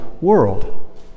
world